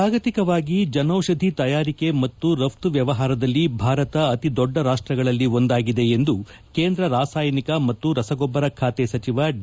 ಜಾಗತಿಕವಾಗಿ ಜನೌಷಧಿ ತಯಾರಿಕೆ ಮತ್ತು ರಫ್ತು ವ್ಯವಹಾರದಲ್ಲಿ ಭಾರತ ಅತಿ ದೊಡ್ಡ ರಾಷ್ಷಗಳಲ್ಲಿ ಒಂದಾಗಿದೆ ಎಂದು ಕೇಂದ್ರ ರಾಸಾಯನಿಕ ಮತ್ತು ರಸಗೊಬ್ಬರ ಖಾತೆ ಸಚಿವ ಡಿ